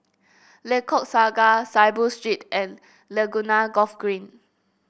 Lengkok Saga Saiboo Street and Laguna Golf Green